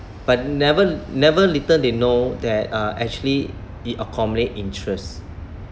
but never never little they know that uh actually it accommodate interest